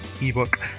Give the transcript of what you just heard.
Ebook